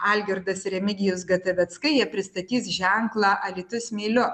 algirdas remigijus gataveckai jie pristatys ženklą alytus myliu